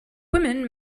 women